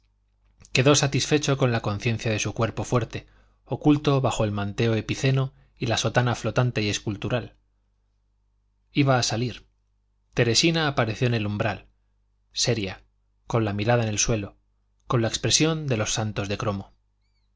quedó satisfecho con la conciencia de su cuerpo fuerte oculto bajo el manteo epiceno y la sotana flotante y escultural iba a salir teresina apareció en el umbral seria con la mirada en el suelo con la expresión de los santos de cromo